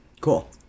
Cool